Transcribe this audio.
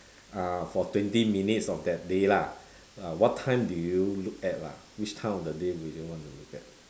ah for twenty minutes of that day lah ah what time do you look at lah which time of the day would you want to look at